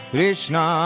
Krishna